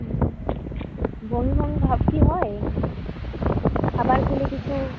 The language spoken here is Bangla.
হুম বমিবমি ভাব কি হয় খাবার খেলে কিছু